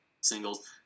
singles